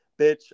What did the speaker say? bitch